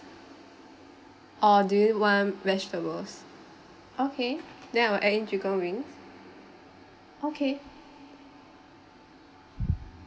or do you want vegetables okay then I will add in chicken wings okay